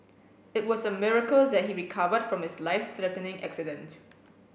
it was a miracle that he recovered from his life threatening accident